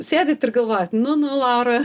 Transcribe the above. sėdit ir galvojat nu nu laura